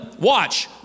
watch